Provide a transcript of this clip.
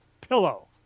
Pillow